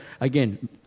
Again